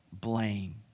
blame